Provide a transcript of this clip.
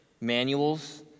manuals